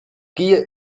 gier